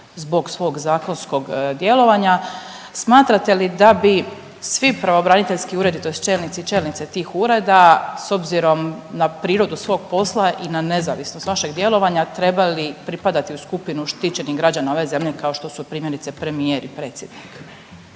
zbog svog zakonskog djelovanja, smatrate li da bi svi pravobraniteljski uredi tj. čelnici i čelnice tih ureda, s obzirom na prirodu svog posla i na nezavisnost vašeg djelovanja trebali pripadati u skupinu štićenih građana ove zemlje, kao što su primjerice, premijer i predsjednik?